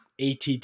ATT